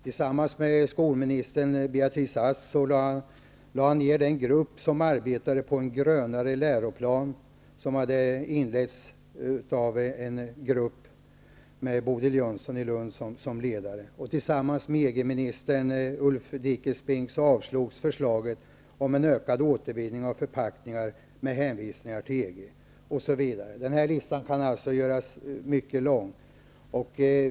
Olof Johansson ned den grupp, med Bodil Jönsson i Lund som ledare, som arbetade på en grönare läroplan. Tillsammans med EG-ministern Ulf Dinkelspiel avstyrkte Olof Johansson förslaget om en ökad återvinning av förpackningar med hänvisningar till kommande medlemskap i EG, osv. Listan kan göras mycket lång.